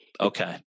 Okay